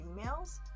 emails